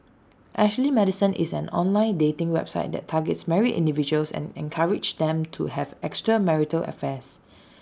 Ashley Madison is an online dating website that targets married individuals and encourages them to have extramarital affairs